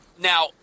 Now